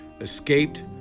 escaped